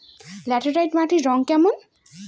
Laterite মাটির রং কেমন?